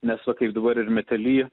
nes va kaip dabar ir metely